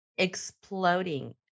exploding